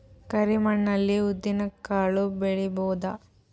ಕರಿ ಮಣ್ಣ ಅಲ್ಲಿ ಉದ್ದಿನ್ ಕಾಳು ಬೆಳಿಬೋದ?